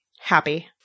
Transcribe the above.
happy